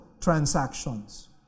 transactions